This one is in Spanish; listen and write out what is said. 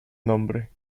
nombre